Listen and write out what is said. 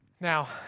Now